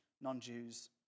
non-Jews